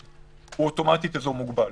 הוא אוטומטית אזור מוגבל,